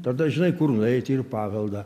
tada žinai kur nueiti ir į paveldą